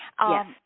Yes